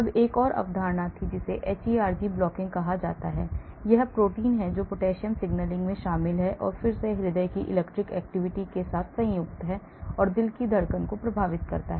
तब एक और अवधारणा थी जिसे hERG blocking कहा जाता है यह एक प्रोटीन है जो potassium signalling में शामिल है और फिर से जो हृदय की electric activity के साथ संयुक्त है और दिल की धड़कन को प्रभावित करता है